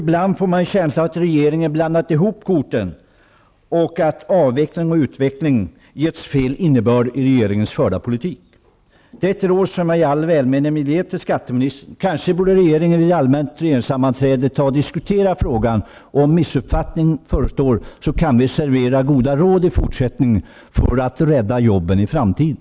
Ibland får jag en känsla av att regeringen har blandat ihop korten och att ''avveckling'' och ''utveckling'' givits fel innebörd i den av regeringen förda politiken. Kanske borde regeringen vid ett allmänt regeringssammanträde diskutera frågan -- det är ett råd som jag i all välmening vill ge skatteministern. Om missuppfattning föreligger kan vi i fortsättningen servera goda råd för att rädda jobben i framtiden.